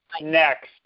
next